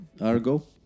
argo